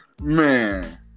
Man